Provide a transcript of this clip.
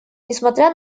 несмотря